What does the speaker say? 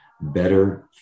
better